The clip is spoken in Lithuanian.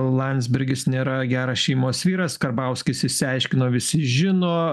landsbergis nėra geras šeimos vyras karbauskis išsiaiškino visi žino